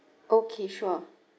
okay sure